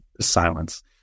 silence